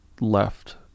left